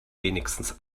wenigstens